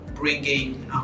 bringing